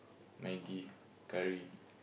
maggie curry